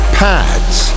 pads